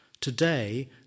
today